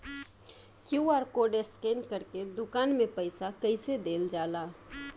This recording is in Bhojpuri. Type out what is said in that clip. क्यू.आर कोड स्कैन करके दुकान में पईसा कइसे देल जाला?